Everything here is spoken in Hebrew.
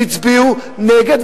הצביעו נגד,